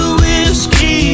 whiskey